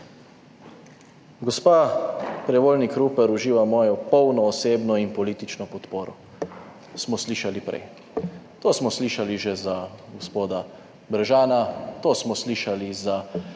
Gospa Prevolnik Rupar uživa mojo polno osebno in politično podporo, smo slišali prej. To smo slišali že za gospoda Bržana, to smo slišali za